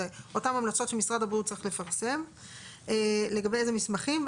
זה אותן המלצות שמשרד הבריאות צריך לפרסם לגבי איזה מסמכים,